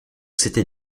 s’était